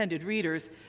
readers